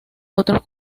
otros